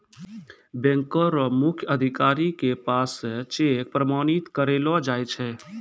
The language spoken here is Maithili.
बैंको र मुख्य अधिकारी के पास स चेक प्रमाणित करैलो जाय छै